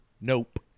Nope